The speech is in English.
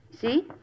See